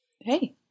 Hey